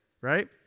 right